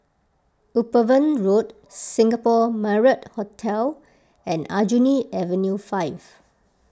Upavon Road Singapore Marriott Hotel and Aljunied Avenue five